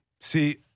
See